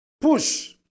Push